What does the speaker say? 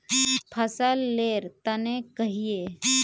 फसल लेर तने कहिए?